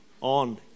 on